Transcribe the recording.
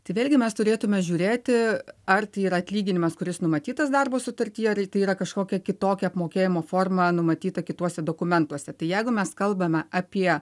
tai vėlgi mes turėtume žiūrėti ar tai yra atlyginimas kuris numatytas darbo sutartyje ar tai yra kažkokia kitokia apmokėjimo forma numatyta kituose dokumentuose tai jeigu mes kalbame apie